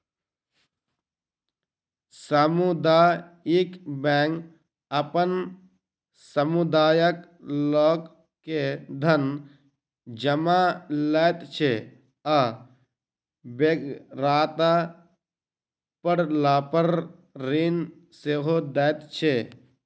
सामुदायिक बैंक अपन समुदायक लोक के धन जमा लैत छै आ बेगरता पड़लापर ऋण सेहो दैत छै